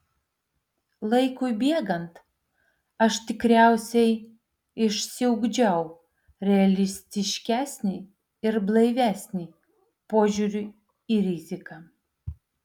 laikui bėgant aš tikriausiai išsiugdžiau realistiškesnį ir blaivesnį požiūrį į riziką